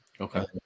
Okay